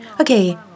Okay